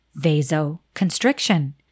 vasoconstriction